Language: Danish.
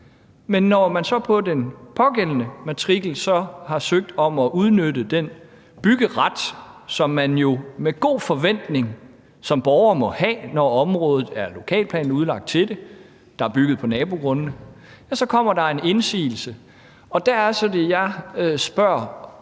Men når man så på den pågældende matrikel har søgt om at udnytte den byggeret, som man jo med god forventning som borger må have, når området er lokalplanudlagt til det – der er bygget på nabogrundene – ja, så kommer der en indsigelse. Der er det så, jeg spørger,